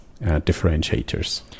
differentiators